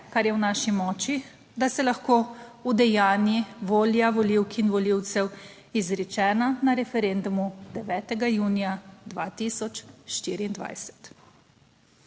kar je v naši moči, da se lahko udejanji volja volivk in volivcev, izrečena na referendumu 9. junija 2024.